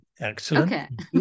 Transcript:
Excellent